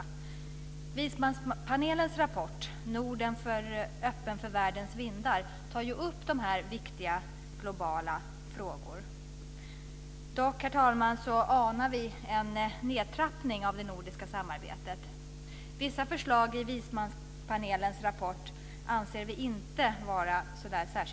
I vismanspanelens rapport Norden öppen för världens vindar tas viktiga globala frågor upp. Dock, herr talman, anar vi en nedtrappning av det nordiska samarbetet. Vissa förslag i vismanspanelens rapport anser vi inte vara särskilt bra.